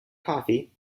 coffee